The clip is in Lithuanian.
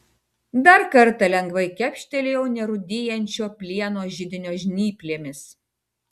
dar kartą lengvai kepštelėjau nerūdijančio plieno židinio žnyplėmis